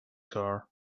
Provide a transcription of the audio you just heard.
car